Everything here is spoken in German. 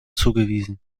zugewiesen